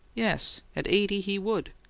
yes, at eighty, he would!